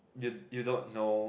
you you don't know